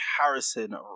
Harrison